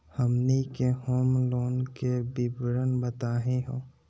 हमनी के home loan के विवरण बताही हो?